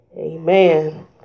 Amen